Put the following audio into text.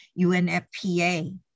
UNFPA